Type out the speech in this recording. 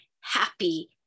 happy